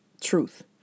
Truth